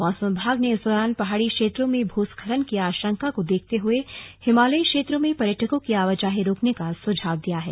मौसम विभाग ने इस दौरान पहाड़ी क्षेत्रों में भूस्खलन की आशंका को देखते हुए हिमालयी क्षेत्रों में पर्यटकों की आवाजाही रोकने का सुझाव दिया है